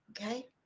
Okay